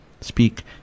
Speak